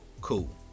Cool